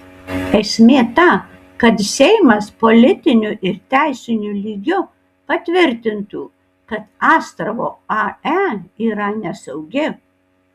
esmė ta kad seimas politiniu ir teisiniu lygiu patvirtintų kad astravo ae yra nesaugi